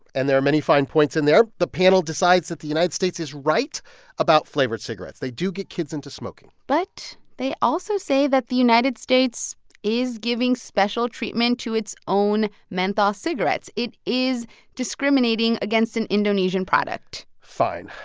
and there are many fine points in there. the panel decides that the united states is right about flavored cigarettes. they do get kids into smoking but they also say that the united states is giving special treatment to its own menthol cigarettes. it is discriminating against an indonesian product fine.